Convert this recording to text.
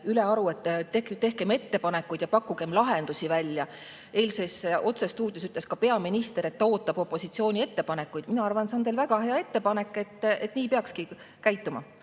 ülearu, tehkem ettepanekuid ja pakkugem lahendusi välja. Eilses otsestuudios ütles peaminister, et ta ootab opositsiooni ettepanekuid. Mina arvan, et see on teil väga hea ettepanek, nii peakski käituma.